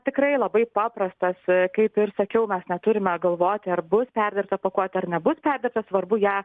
tikrai labai paprastas kaip ir sakiau mes neturime galvoti ar bus perversta pakuotė ar nebus perdėta svarbu ją